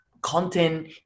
content